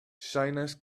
ŝajnas